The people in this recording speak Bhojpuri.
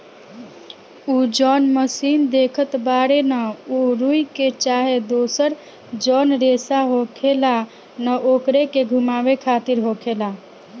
उ जौन मशीन देखत बाड़े न उ रुई के चाहे दुसर जौन रेसा होखेला न ओकरे के घुमावे खातिर होखेला